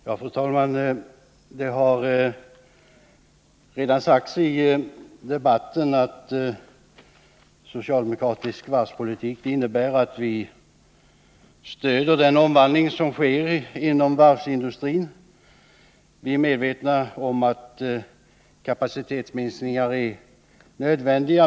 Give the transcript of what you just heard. Fru talman! Det har redan sagts i debatten att socialdemokratisk varvspolitik innebär att vi stöder den omvandling som sker inom varvsindustrif. Vi är medvetna om att kapacitetsminskningar är nödvändiga.